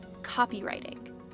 copywriting